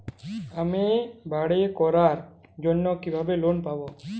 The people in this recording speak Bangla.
আমি বাড়ি করার জন্য কিভাবে লোন পাব?